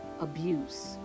abuse